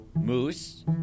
moose